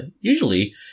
usually